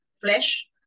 flesh